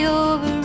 over